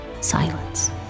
Silence